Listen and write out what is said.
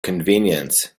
convenience